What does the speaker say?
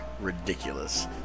ridiculous